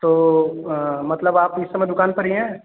तो मतलब आप इस समय दुकान पर ही हैं